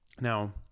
now